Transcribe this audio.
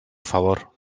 favor